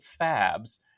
fabs